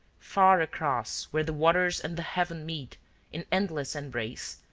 far across where the waters and the heaven meet in endless embrace,